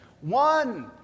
One